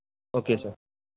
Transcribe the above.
okay sir